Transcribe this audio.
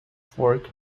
fork